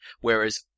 Whereas